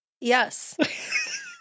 Yes